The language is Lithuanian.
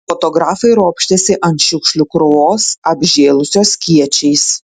fotografai ropštėsi ant šiukšlių krūvos apžėlusios kiečiais